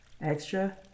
extra